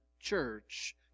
church